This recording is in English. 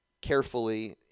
carefully